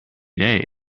three